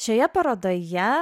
šioje parodoje